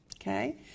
Okay